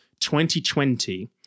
2020